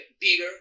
bigger